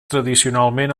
tradicionalment